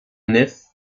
nef